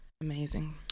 Amazing